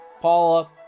Paula